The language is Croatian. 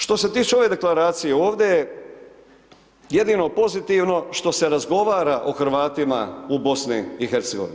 Što se tiče ove Deklaracije ovdje je jedino pozitivno što se razgovara o Hrvatima u BiH.